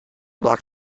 block